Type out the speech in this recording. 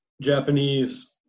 Japanese